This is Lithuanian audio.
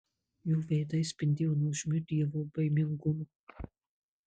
jų veidai spindėjo nuožmiu dievobaimingumu